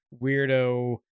weirdo